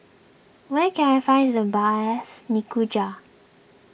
where can I find the best